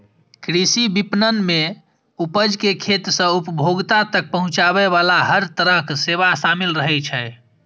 कृषि विपणन मे उपज कें खेत सं उपभोक्ता तक पहुंचाबे बला हर तरहक सेवा शामिल रहै छै